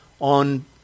on